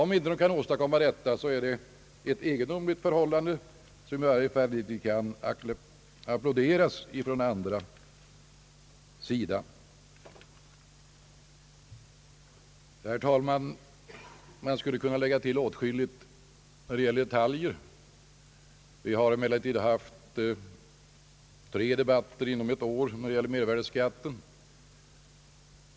Om de inte kan åstadkomma detta, tycker jag det är ett egendomligt förhållande som i varje fall inte kan applåderas från andra sidan. Herr talman! Man skulle kunna lägga till åtskilligt när det gäller detaljer. Vi har emellertid haft tre debatter inom ett år beträffande mervärdeskatten.